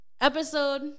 episode